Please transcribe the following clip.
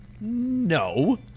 No